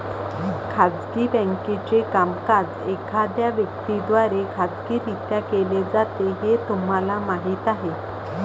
खाजगी बँकेचे कामकाज एखाद्या व्यक्ती द्वारे खाजगीरित्या केले जाते हे तुम्हाला माहीत आहे